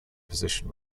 position